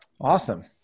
Awesome